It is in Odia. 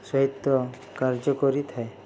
ସହିତ କାର୍ଯ୍ୟ କରିଥାଏ